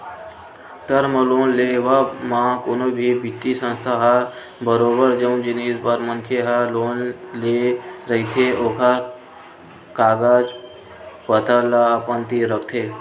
term loan लेवब म कोनो भी बित्तीय संस्था ह बरोबर जउन जिनिस बर मनखे ह लोन ले रहिथे ओखर कागज पतर ल अपन तीर राखथे